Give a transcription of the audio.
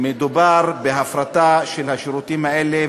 מדובר בהפרטה של השירותים האלה,